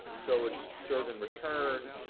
so it's serve in return.